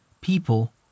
people